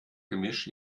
gemisch